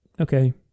okay